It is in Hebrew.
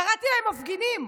קראתי להם מפגינים.